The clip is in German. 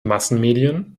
massenmedien